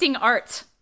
art